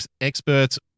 experts